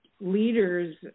leaders